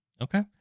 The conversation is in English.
Okay